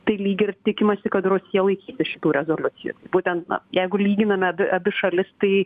tai lyg ir tikimasi kad rusija laikysis šitų rezoliucijų būtent na jeigu lyginame abi šalis tai